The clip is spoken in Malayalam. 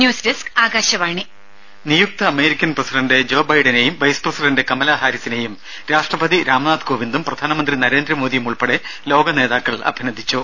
ന്യൂസ് ഡെസ്ക് ആകാശവാണി രുര നിയുക്ത അമേരിക്കൻ പ്രസിഡന്റ് ജോ ബൈഡനെയും വൈസ്പ്രസിഡന്റ് കമലാ ഹാരിസിനെയും രാഷ്ട്രപതി രാംനാഥ് കോവിന്ദും പ്രധാനമന്ത്രി നരേന്ദ്രമോദിയും ഉൾപ്പെടെ ലോകനേതാക്കൾ അഭിനന്ദിച്ചു